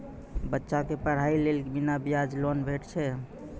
बच्चाक पढ़ाईक लेल बिना ब्याजक लोन भेटै छै?